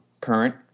current